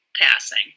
passing